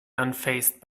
unfazed